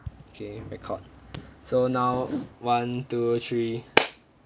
okay record so now one two three